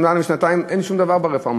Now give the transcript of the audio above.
מעל שנתיים, אין שום דבר ברפורמה.